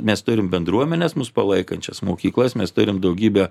mes turim bendruomenes mus palaikančias mokyklas mes turime daugybę